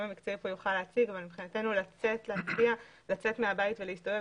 המקצועי יוכל להציג לצאת מהבית ולהסתובב,